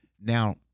now